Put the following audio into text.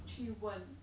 去问